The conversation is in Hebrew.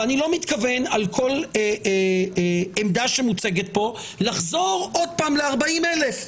ואני לא מתכוון על כל עמדה שמוצגת פה לחזור עוד פעם ל-40,000 רגל,